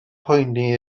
poeni